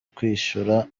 kwishyura